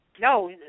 no